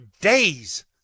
days